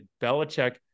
Belichick